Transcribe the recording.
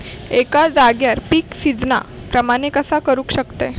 एका जाग्यार पीक सिजना प्रमाणे कसा करुक शकतय?